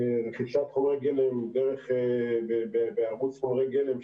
רכישת חומר גלם בערוץ חומרי גלם,